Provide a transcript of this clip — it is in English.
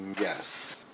Yes